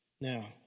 Now